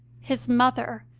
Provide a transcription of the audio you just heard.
his mother,